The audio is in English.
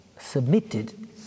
submitted